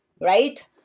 right